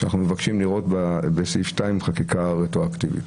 שאנחנו מבקשים לראות בסעיף 2 חקיקה רטרואקטיבית,